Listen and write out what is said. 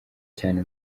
cyane